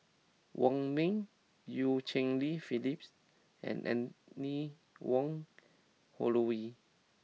Wong Ming Eu Cheng Li Phyllis and Anne Wong Holloway